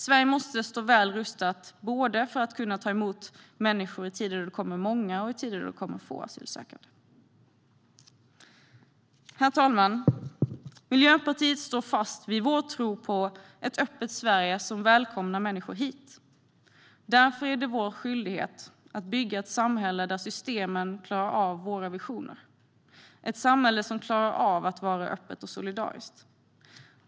Sverige måste stå väl rustat för att kunna ta emot människor både i tider då det kommer många asylsökande och i tider då det kommer få asylsökande. Herr talman! Vi i Miljöpartiet står fast vid vår tro på ett öppet Sverige som välkomnar människor hit. Därför är det vår skyldighet att bygga ett samhälle där systemen klarar av våra visioner. Det är ett samhälle som klarar av att vara öppet och solidariskt.